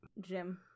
Jim